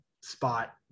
spot